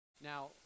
Now